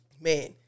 Man